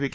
V